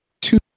two